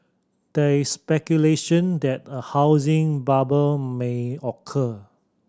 there is speculation that a housing bubble may occur